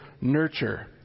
nurture